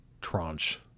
tranche